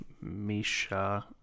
Misha